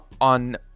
on